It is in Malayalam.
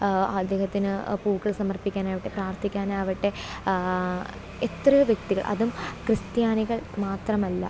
അദ്ദേഹത്തിന് പൂക്കൾ സമർപ്പിക്കാനാകട്ടെ പ്രാർത്ഥിക്കാനാകട്ടെ എത്രയൊ വ്യക്തികൾ അതും ക്രിസ്ത്യാനികൾ മാത്രമല്ല